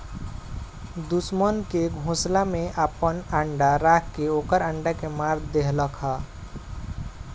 दुश्मन के घोसला में आपन अंडा राख के ओकर अंडा के मार देहलखा